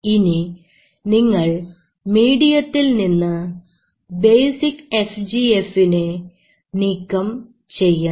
ഇനി നിങ്ങൾ മീഡിയത്തിൽ നിന്ന് ബേസിക് FGF നെ നീക്കം ചെയ്യണം